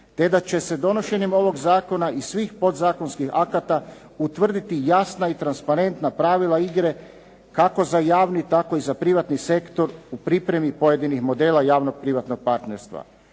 te da će se donošenjem ovog zakona i svih podzakonskih akata utvrditi jasna i transparentna pravila igre kako za javni, tako i za privatni sektor u pripremi pojedinih modela javnog privatnog partnerstva.